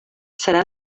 serà